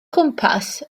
chwmpas